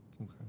Okay